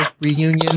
reunion